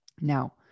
Now